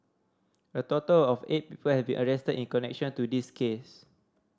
a total of eight people have been arrested in connection to this case